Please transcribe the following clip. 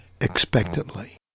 expectantly